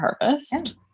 Harvest